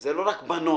זה לא רק בנות,